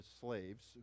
slaves